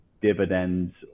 dividends